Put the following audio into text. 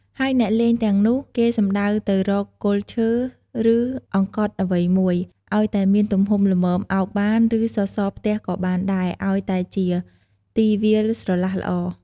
ហើយអ្នកលេងទាំងនោះ គេសំដៅទៅរកគល់ឈើ ឬដង្គត់អ្វីមួយ ឲ្យតែមានទំហំល្មមឱបបាន ឬ សសរផ្ទះក៏បានដែរ ឲ្យតែជាទីវាលស្រឡះល្អ ។